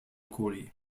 kuli